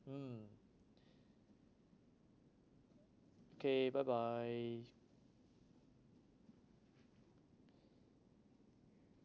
mm okay bye bye